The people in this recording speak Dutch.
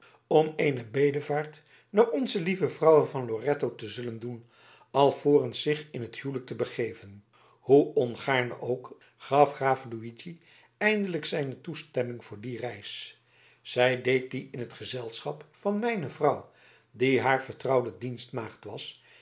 om eene bedevaart naar o l vrouwe van loretto te zullen doen alvorens zich in t huwelijk te begeven hoe ongaarne ook gaf graaf luigi eindelijk zijne toestemming tot die reis zij deed die in t gezelschap van mijne vrouw die haar vertrouwde dienstmaagd was